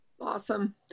Awesome